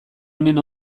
honen